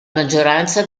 maggioranza